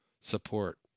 support